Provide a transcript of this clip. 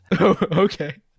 okay